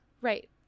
Right